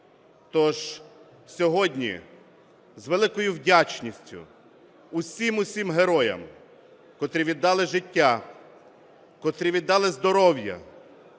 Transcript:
Тож сьогодні з великою вдячністю усім-усім героям, котрі віддали життя, котрі віддали здоров'я,